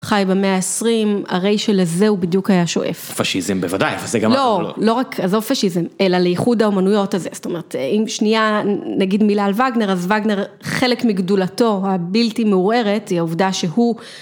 חי במאה העשרים, הרי שלזה הוא בדיוק היה שואף. פשיזם בוודאי, אבל זה גם לא... לא רק, עזוב פשיזם, אלא לייחוד האומנויות הזה. זאת אומרת, אם שנייה, נגיד מילה על וגנר, אז וגנר, חלק מגדולתו הבלתי מעורערת, היא העובדה שהוא...